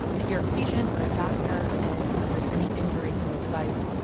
if you're a patient or a doctor and there's any injury from a device,